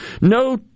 no